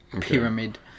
pyramid